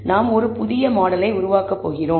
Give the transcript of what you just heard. நாம் ஒரு புதிய மாடலை உருவாக்கப் போகிறோம்